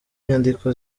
inyandiko